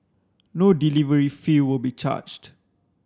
no delivery fee will be charged